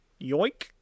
yoink